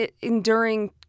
enduring